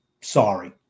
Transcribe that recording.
Sorry